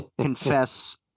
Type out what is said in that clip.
confess